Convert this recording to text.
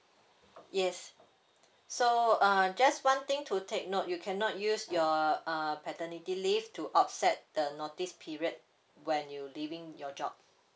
yes so uh just one thing to take note you cannot use your uh paternity leave to offset the notice period when you leaving your job